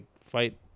fight